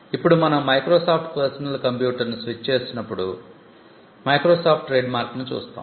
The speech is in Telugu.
ఇప్పుడు మనం మైక్రోసాఫ్ట్ పర్సనల్ కంప్యూటర్ను స్విచ్చాన్ చేసినప్పుడు మైక్రోసాఫ్ట్ ట్రేడ్మార్క్ను చూస్తాం